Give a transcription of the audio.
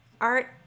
art